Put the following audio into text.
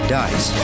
dies